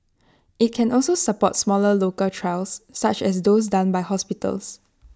IT can also support smaller local trials such as those done by hospitals